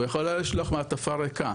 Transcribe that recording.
הוא יכול היה לשלוח מעטפה ריקה.